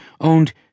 owned